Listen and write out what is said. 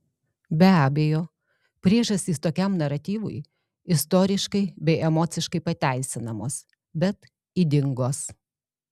be abejo priežastys tokiam naratyvui istoriškai bei emociškai pateisinamos bet ydingos